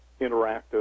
interactive